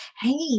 hey